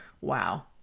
Wow